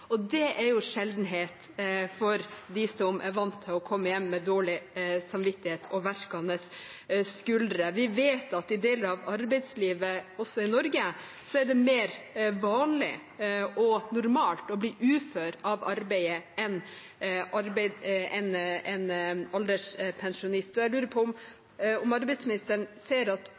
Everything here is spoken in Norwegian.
Det er en sjeldenhet for dem som er vant til å komme hjem med dårlig samvittighet og verkende skuldre. Vi vet at i deler av arbeidslivet også i Norge er det mer vanlig og normalt å bli ufør av arbeidet enn å bli alderspensjonist. Jeg lurer på om arbeidsministeren ser at